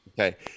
Okay